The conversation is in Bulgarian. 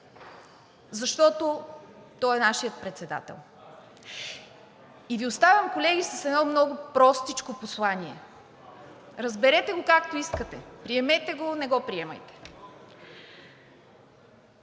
защото той е нашият председател. И Ви оставям, колеги, с едно много простичко послание, разберете го както искате, приемете го, не го приемайте.